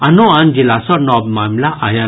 आनो आन जिला सॅ नव मामिला आयल